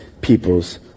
people's